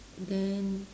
then